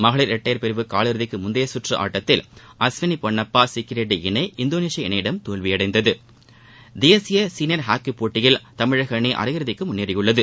மகளிர் இரட்டையர் பிரிவு கால் இறுதிக்கு முந்தைய கற்று ஆட்டத்தில் அஸ்வினி பொன்னப்பா சிக்கிரெட்டி இணை இந்தோனேஷிய இணையிடம் தோல்வியடைந்தது தேசிய சீனியர் ஹாக்கிப் போட்டியில் தமிழக அணி அரை இறுதிக்கு முன்னேறியுள்ளது